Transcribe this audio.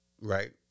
right